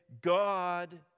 God